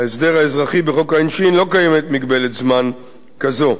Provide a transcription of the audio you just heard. בהסדר האזרחי בחוק העונשין לא קיימת מגבלת זמן כזו.